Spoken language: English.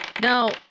Now